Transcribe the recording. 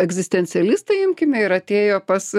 egzistencialistą imkime ir atėjo pas